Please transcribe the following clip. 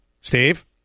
Steve